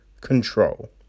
control